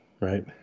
right